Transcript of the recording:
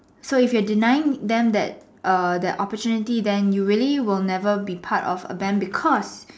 so if you are denying them that err that opportunity then you really will never be part of a band because